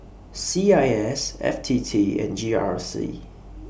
C I S F T T and G R C